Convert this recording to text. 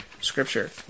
scripture